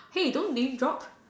hey don't ding drop